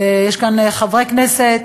יש כאן חברי כנסת,